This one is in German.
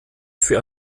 für